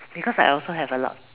because I also have a lot